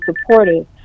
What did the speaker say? supportive